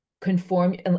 conform